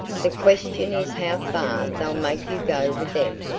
the question is how far they'll make you go with them,